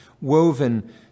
woven